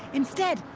instead,